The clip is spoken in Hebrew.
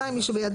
לעניין זה,